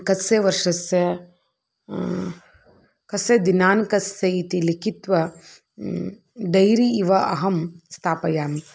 कस्य वर्षस्य कस्य दिनाङ्कस्य इति लिखित्वा डैरी इव अहं स्थापयामि